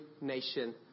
nation